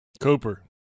Cooper